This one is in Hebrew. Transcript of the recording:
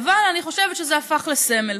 אבל אני חושבת שזה הפך לסמל,